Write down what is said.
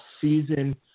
season